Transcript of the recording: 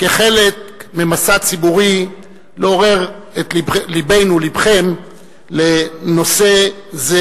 כחלק ממסע ציבורי לעורר את לבנו ולבכם לנושא זה,